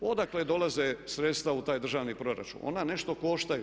Odakle dolaze sredstva u taj državni proračun, ona nešto koštaju.